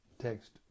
Text